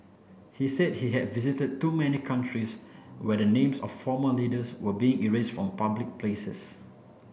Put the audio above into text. he said he had visited too many countries where the names of former leaders were being erased from public places